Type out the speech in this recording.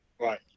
Right